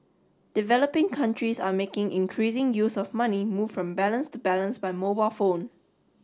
developing countries are making increasing use of money moved from balance to balance by mobile phone